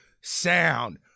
sound